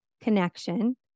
connection